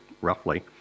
roughly